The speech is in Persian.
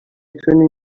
توانیم